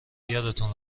یادتون